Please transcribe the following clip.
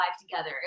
together